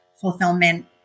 fulfillment